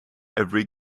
every